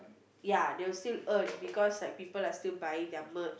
ya they will still earn because like people are still buying their merch